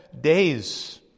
days